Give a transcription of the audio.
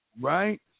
right